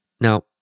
Now